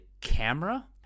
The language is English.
camera